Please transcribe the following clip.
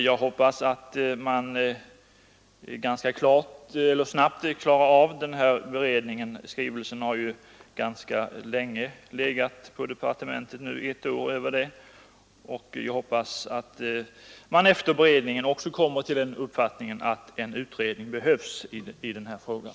Jag hoppas att beredningen klaras av ganska snabbt — skrivelsen har ju legat drygt ett år i departementet — och att man efter beredningen skall komma till den uppfattningen att en utredning behövs i frågan.